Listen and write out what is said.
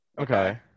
Okay